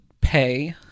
pay